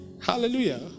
Hallelujah